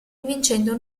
vincendo